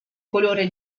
colore